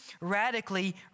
radically